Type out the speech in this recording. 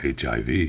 HIV